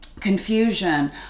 confusion